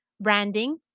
branding